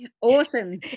Awesome